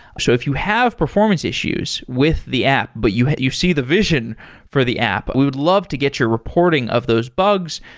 so if you have performance issues with the app, but you you see the vision for the app, we would love to get your reporting of those bugs.